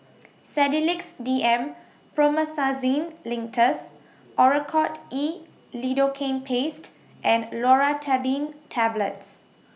Sedilix D M Promethazine Linctus Oracort E Lidocaine Paste and Loratadine Tablets